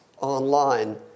online